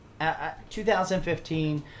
2015